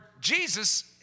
Jesus